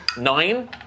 Nine